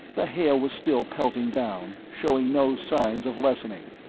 the hail was still pelting down, showing no signs of lessening.